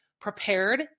prepared